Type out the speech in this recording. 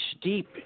deep